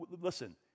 listen